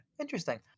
Interesting